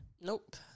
Nope